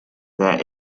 that